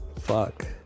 fuck